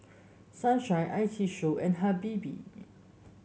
Sunshine I T Show and Habibie